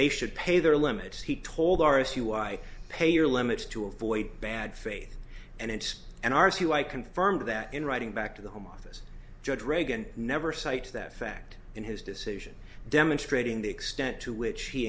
ey should pay their limits he told our issue i pay your limits to avoid bad faith and interest and ours who i confirmed that in writing back to the home office judge reagan never cites that fact in his decision demonstrating the extent to which he